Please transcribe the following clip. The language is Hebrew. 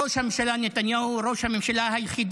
ראש הממשלה נתניהו הוא ראש הממשלה היחיד